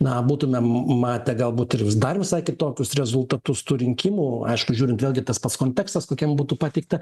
na būtumėm matę galbūt ir vis dar visai kitokius rezultatus rinkimų aišku žiūrint vėlgi tas pats kontekstas kokiam būtų pateikta